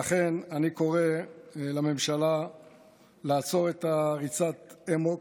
לכן אני קורא לממשלה לעצור את ריצת האמוק,